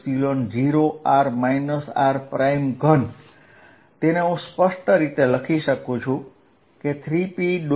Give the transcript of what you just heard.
r rr r p4π0r r3 છે જેને હું સ્પષ્ટ રીતે 14π03p